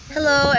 Hello